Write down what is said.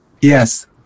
Yes